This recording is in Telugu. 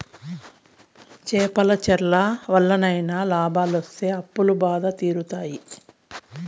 చేపల చెర్ల వల్లనైనా లాభాలొస్తి అప్పుల బాధలు తీరుతాయి